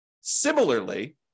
Similarly